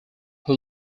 who